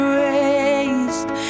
raised